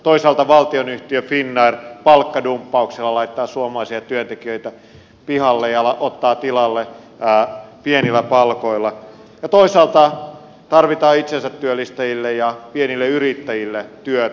toisaalta valtionyhtiö finnair palkkadumppauksella laittaa suomalaisia työntekijöitä pihalle ja ottaa tilalle pienillä palkoilla ja toisaalta tarvitaan itsensä työllistäjille ja pienille yrittäjille työtä